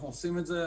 אנחנו עושים את זה.